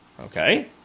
Okay